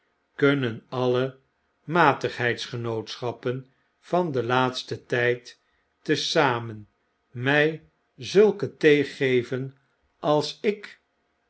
kunnen alle matigheids genootschappen van den laatsten tfid te zamen my zulke thee geven als ik